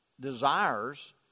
desires